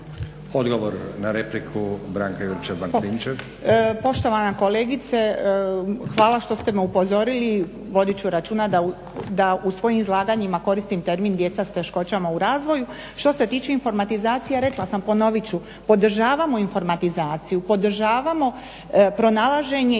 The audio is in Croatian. **Juričev-Martinčev, Branka (HDZ)** Poštovana kolegice, hvala što ste me upozorili, vodit ću računa da u svojim izlaganjima koristim termin djeca s teškoćama u razvoju. Što se tiče informatizacije rekla sam, ponovit ću. Podržavamo informatizaciju, podržavamo pronalaženje